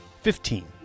Fifteen